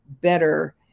better